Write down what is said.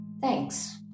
Thanks